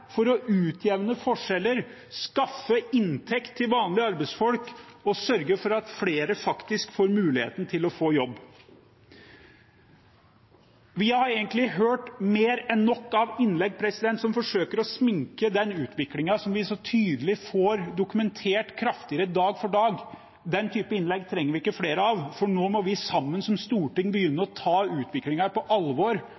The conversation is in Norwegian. å utjevne forskjeller, skaffe inntekter til vanlige arbeidsfolk og sørge for at flere faktisk får muligheten til å få jobb? Vi har hørt mer enn nok av innlegg som forsøker å sminke den utviklingen vi så tydelig får dokumentert kraftigere dag for dag. Den typen innlegg trenger vi ikke flere av. Nå må vi sammen som storting